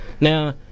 Now